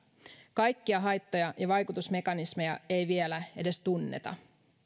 kaikkia haittoja ja vaikutusmekanismeja ei vielä edes tunneta